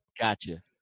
Gotcha